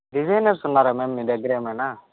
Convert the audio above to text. designers ఉన్నారా ma'am మీ దగ్గర ఏమైనా